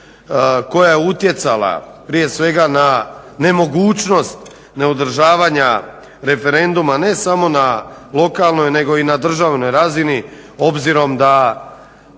koja je utjecala prije svega na nemogućnost neodržavanja referenduma ne samo na lokalnoj nego i na državnoj razini obzirom da